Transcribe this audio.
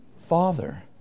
father